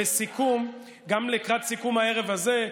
בסיכום, גם לקראת סיכום הערב הזה,